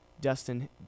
dustin